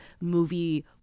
movie